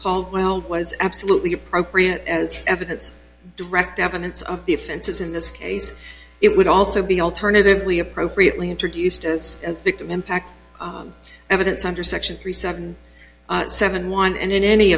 caldwell was absolutely appropriate as evidence direct evidence of the offenses in this case it would also be alternatively appropriately introduced as as victim impact evidence under section three seven seven one and in any